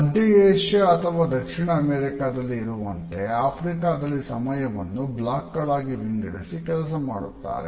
ಮಧ್ಯ ಏಷ್ಯಾ ಅಥವಾ ದಕ್ಷಿಣ ಅಮೆರಿಕಾದಲ್ಲಿ ಇರುವಂತೆ ಆಫ್ರಿಕಾದಲ್ಲಿ ಸಮಯವನ್ನು ಬ್ಲಾಕ್ ಗಳಾಗಿ ವಿಂಗಡಿಸಿ ಕೆಲಸ ಮಾಡುತ್ತಾರೆ